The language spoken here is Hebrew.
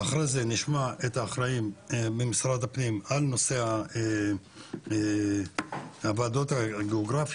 אחרי זה נשמע את האחראים ממשרד הפנים על נושא הוועדות הגיאוגרפיות.